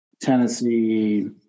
Tennessee